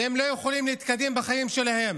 והם לא יכולים להתקדם בחיים שלהם.